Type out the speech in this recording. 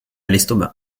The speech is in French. l’estomac